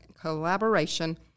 collaboration